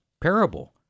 parable